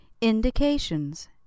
Indications